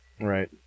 Right